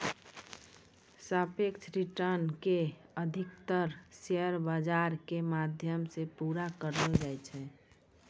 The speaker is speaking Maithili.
सापेक्ष रिटर्न के अधिकतर शेयर बाजार के माध्यम से पूरा करलो जाय छै